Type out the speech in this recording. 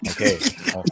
Okay